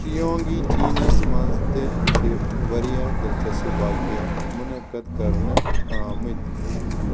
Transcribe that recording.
چیونگی چیٖنس منٛز تہ چھ واریاہ دلچسپ واقعہ منعقد کرنہٕ آمٕتۍ